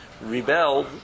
rebelled